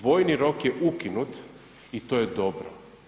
Vojni rok je ukinut i to je dobro.